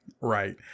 right